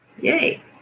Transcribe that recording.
Yay